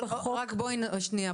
שנייה.